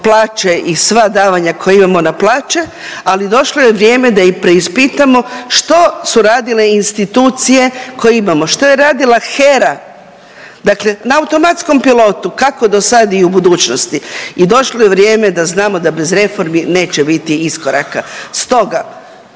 plaće i sva davanja koja imamo na plaće, ali došlo je vrijeme da i preispitamo što su radile institucije koje imamo. Što je radila HERA? Dakle na automatskom pilotu kako do sada i u budućnosti i došlo je vrijeme da znamo da bez reformi neće biti iskoraka. Stoga